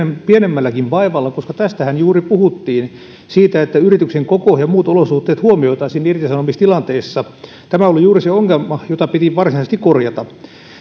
pienemmälläkin vaivalla koska tästähän juuri puhuttiin siitä että yrityksen koko ja muut olosuhteet huomioitaisiin irtisanomistilanteessa tämä oli juuri se ongelma jota piti varsinaisesti korjata